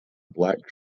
black